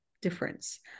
difference